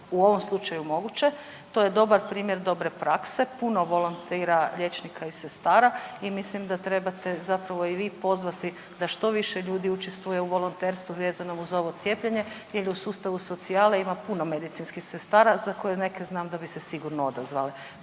u ovom slučaju moguće. To je dobar primjer dobre prakse, puno volontira liječnika i sestara i mislim da trebate zapravo i vi pozvati da što više ljudi učestvuje u volonterstvu vezanom uz ovo cijepljenje jer u sustavu socijale ima puno medicinskih sestara za koje neke znam da bi se sigurno odazvale.